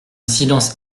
silence